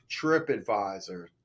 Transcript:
TripAdvisor